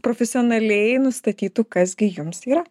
profesionaliai nustatytų kas gi jums yra